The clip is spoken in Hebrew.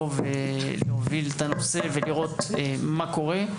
איתנו להוביל את הנושא ולראות מה קורה.